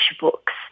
books